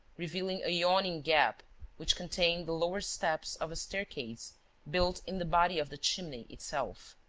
revealing a yawning gap which contained the lower steps of a staircase built in the body of the chimney itself.